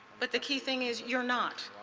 but the key thing is you are not.